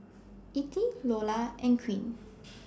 Ettie Lola and Queen